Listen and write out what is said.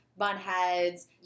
Bunheads